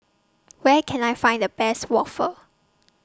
Where Can I Find The Best Waffle